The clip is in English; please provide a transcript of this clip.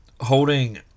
holding